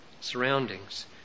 surroundings